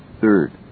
Third